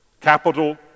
Capital